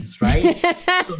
right